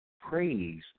praise